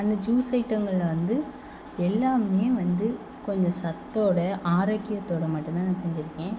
அந்த ஜூஸ் ஐட்டங்களில் வந்து எல்லாமே வந்து கொஞ்சம் சத்தோட ஆரோக்யத்தோட மட்டுந்தான் நான் செஞ்சியிருக்கேன்